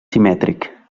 simètric